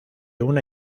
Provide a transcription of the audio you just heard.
una